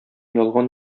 ялган